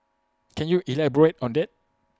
can you elaborate on that